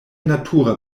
natura